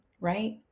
right